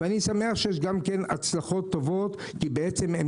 ואני שמח שיש הצלחות טובות כי בעצם הם